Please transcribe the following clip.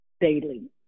daily